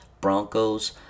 Broncos